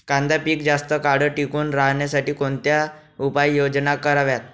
कांदा पीक जास्त काळ टिकून राहण्यासाठी कोणत्या उपाययोजना कराव्यात?